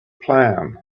plan